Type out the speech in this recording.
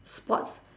sports